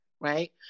Right